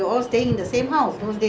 my three brothers' children